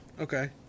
okay